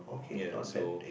ya so